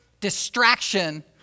distraction